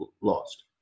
lost